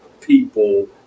people